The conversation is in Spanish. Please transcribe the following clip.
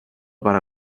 para